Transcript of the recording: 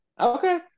Okay